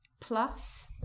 plus